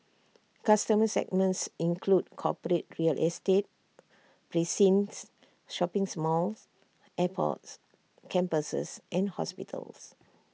customer segments include corporate real estate precincts shopping's malls airports campuses and hospitals